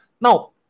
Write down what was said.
now